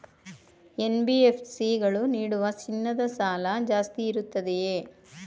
NBFC ಗಳು ನೀಡುವ ಚಿನ್ನದ ಸಾಲ ಜಾಸ್ತಿ ಇರುತ್ತದೆಯೇ?